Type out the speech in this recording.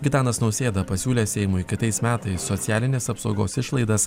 gitanas nausėda pasiūlė seimui kitais metais socialinės apsaugos išlaidas